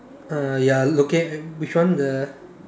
uh ya locate which one the